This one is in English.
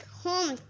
home